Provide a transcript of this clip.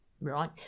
right